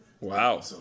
Wow